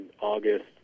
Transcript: August